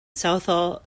southall